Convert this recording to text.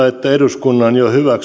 että eduskunnan jo hyväksymä asia